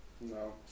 No